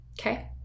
Okay